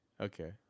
okay